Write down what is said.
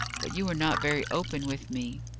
but you were not very open with me.